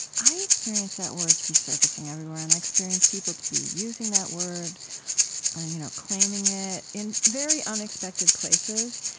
i experience that word to be surfacing everywhere, and i experience people to be using that word and you know claiming it, in very unexpected places.